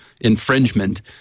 infringement